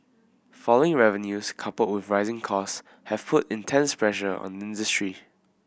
falling revenues coupled with rising costs have put intense pressure on the industry